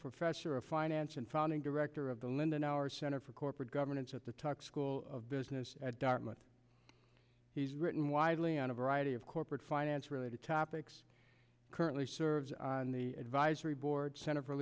professor of finance and founding director of the lyndon our center for corporate governance at the tuck school of business at dartmouth he's written widely on a variety of corporate finance related topics currently serves on the advisory board cen